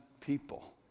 people